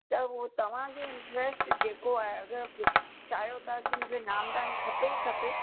त उहो तव्हां जो इंटरस्ट जेको आहे अगरि चाहियो था कि मूंखे नामदान खपे ई खपे